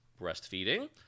breastfeeding